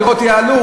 מחירי הדירות יעלו,